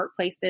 Workplaces